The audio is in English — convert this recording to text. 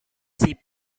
sheep